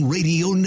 Radio